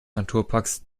naturparks